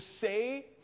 say